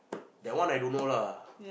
that one I don't know lah